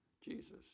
Jesus